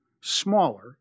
smaller